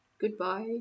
Goodbye